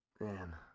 Man